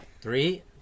three